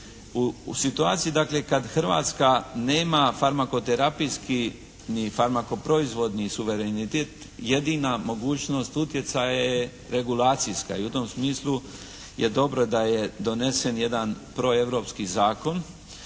U situaciji, dakle kad Hrvatska nema farmakoterapijskih ni farmakoproizvodnih suverenitet jedina mogućnost utjecaja je regulacijska. I u tom smislu je dobro da je donesen jedan proeuropski zakon.